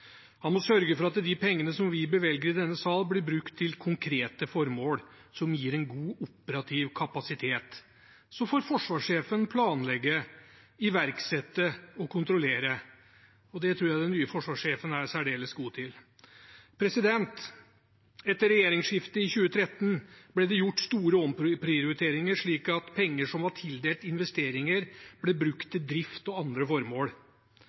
må sørge for at de pengene som vi bevilger i denne sal, blir brukt til konkrete formål som gir en god operativ kapasitet. Så får forsvarssjefen planlegge, iverksette og kontrollere, og det tror jeg den nye forsvarssjefen er særdeles god til. Etter regjeringsskiftet i 2013 ble det gjort store omprioriteringer, slik at penger som var tildelt investeringer, ble brukt til drift og andre formål.